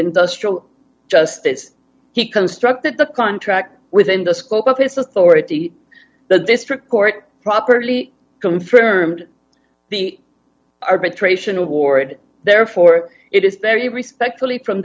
industrial justice he constructed the contract within the scope of his authority the district court properly confirmed the arbitration award therefore it is very respectfully from